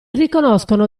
riconoscono